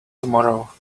tomorrow